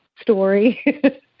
story